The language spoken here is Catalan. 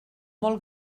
molt